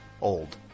old